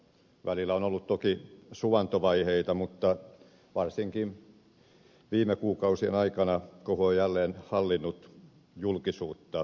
välillä on ollut toki suvantovaiheita mutta varsinkin viime kuukausien aikana kohu on jälleen hallinnut julkisuutta